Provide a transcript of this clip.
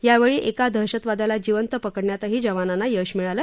यावेळी एका दहशतवाद्याला जिंवत पकडण्यातही जवानांना यश मिळालं